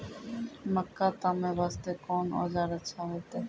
मक्का तामे वास्ते कोंन औजार अच्छा होइतै?